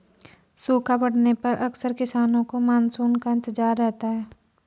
सूखा पड़ने पर अक्सर किसानों को मानसून का इंतजार रहता है